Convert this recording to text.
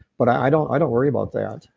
but i don't i don't worry about that.